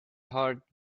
heart